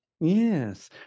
Yes